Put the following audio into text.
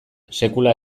sekula